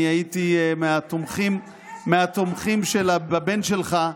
אני הייתי מהתומכים של הבן שלך.